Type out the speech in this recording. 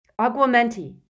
Aguamenti